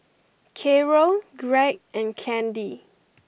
Caro Gregg and Candi